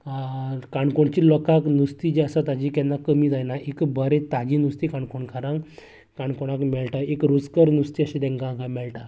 काणकोणच्या लोकांक नुस्तें जे आसा ताची केन्ना कमी जायना एक बरें ताजे नुस्तें काणकोणकारांक काणकोणांक मेळटा एक रुचकर नुस्तें अशें तेंका हांगा मेळटा